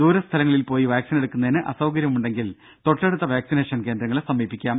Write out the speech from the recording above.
ദൂരെ സ്ഥലങ്ങളിൽ പോയി വാക്സിനെടുക്കു ന്നതിന് അസൌകര്യമുണ്ടെങ്കിൽ തൊട്ടടുത്ത വാക്സിനേഷൻ കേന്ദ്രങ്ങളെ സമീപിക്കാം